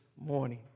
morning